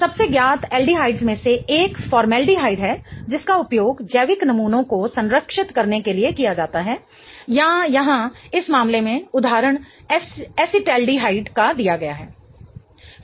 सबसे ज्ञात एल्डीहाइड्स में से एक फॉर्मलाडेहाइड है जिसका उपयोग जैविक नमूनों को संरक्षित करने के लिए किया जाता है या यहाँ इस मामले में उदाहरण एसिटाल्डीहाइड का दिया गया है